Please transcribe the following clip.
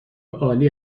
عالی